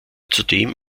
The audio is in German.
zudem